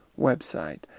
website